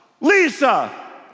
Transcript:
Lisa